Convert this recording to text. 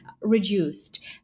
Reduced